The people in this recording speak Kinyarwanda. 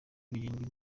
birindwi